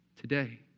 today